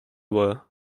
were